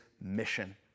mission